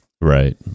right